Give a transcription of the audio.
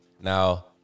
Now